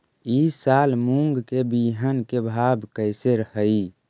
ई साल मूंग के बिहन के भाव कैसे हई?